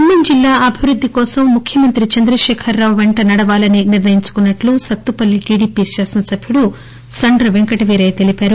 ఖమ్మం జిల్లా అభివృద్ధి కోసం ముఖ్యమంత్రి చంద్రశేఖర్రావు వెంట నడవాలని నిర్ణయించుకున్నట్లు సత్తుపల్లి టీడీపీ శాసనసభ్యుడు సంద్ర వెంకటవీరయ్య తెలిపారు